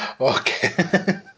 okay